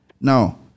Now